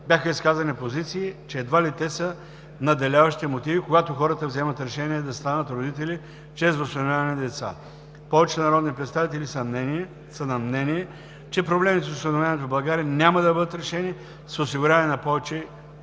бяха изказани позиции, че едва ли те са надделяващите мотиви, когато хората вземат решения да станат родители чрез осиновяване на деца. Повечето народни представители са на мнение, че проблемите с осиновяването в България няма да бъдат решени с осигуряване на повече права.